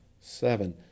seven